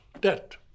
debt